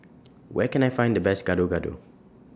Where Can I Find The Best Gado Gado